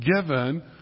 given